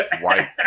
White